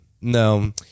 no